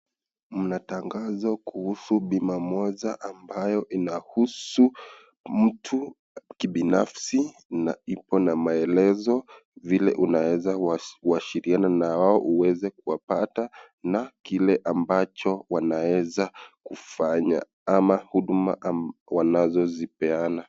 Mna tangazo kuhusu bima moja ambayo inahusu mtu kibinafsi, na ipo na maelezo vile unaweza wasiliana na wao uweze kuwapata, na kile ambacho wanaweza kufanya ama huduma wanazozipeana.